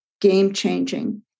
game-changing